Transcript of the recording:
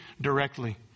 directly